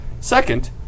Second